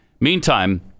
Meantime